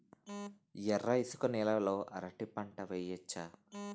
ఎర్ర ఇసుక నేల లో అరటి పంట వెయ్యచ్చా?